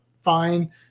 fine